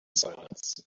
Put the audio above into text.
silence